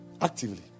Actively